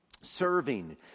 Serving